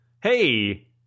hey